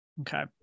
Okay